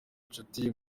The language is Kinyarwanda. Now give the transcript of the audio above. inshuti